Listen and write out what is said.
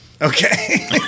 Okay